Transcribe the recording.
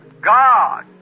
God